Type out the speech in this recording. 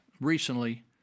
recently